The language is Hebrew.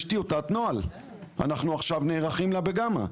יש טיוטת נוהל, שאנחנו נערכים לזה עכשיו בגמא.